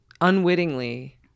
unwittingly